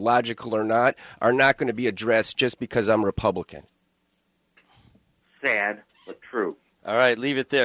logical or not are not going to be addressed just because i'm a republican they had true all right leave it there